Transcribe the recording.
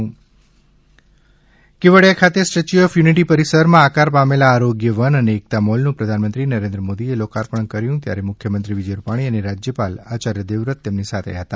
આરોગ્ય વન અને એકતા મોલ નું લોકાર્પણ કેવડીયા ખાતે સ્ટેચ્યું ઓફ યુનિટી પરિસર માં આકાર પામેલા આરોગ્ય વન અને એકતા મોલ નું પ્રધાનમંત્રી નરેન્દ્ર મોદી એ લોકાર્પણ કર્યું ત્યારે મુખ્યમંત્રી વિજય રૂપાણી અને રાજ્યપાલ આયાર્ય દેવ વ્રત તેમની સાથે હતા